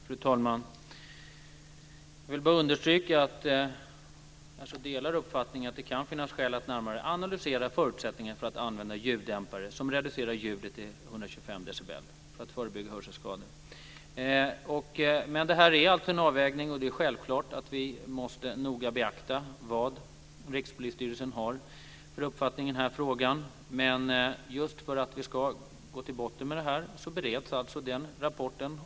Fru talman! Jag vill bara understryka att jag delar uppfattningen att det kan finnas skäl att närmare analysera förutsättningarna för att använda ljuddämpare, som reducerar ljudet till 125 decibel, för att förebygga hörselskador. Det här är alltså en avvägning, och det är självklart att vi noga måste beakta vad Rikspolisstyrelsen har för uppfattning i frågan. Men just för att vi ska gå till botten med den bereds alltså rapporten.